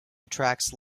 attracts